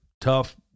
tough